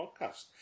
podcast